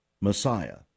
Messiah